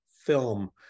film